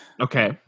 Okay